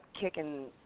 kicking